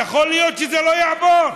יכול להיות שזה לא יעבור.